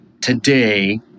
today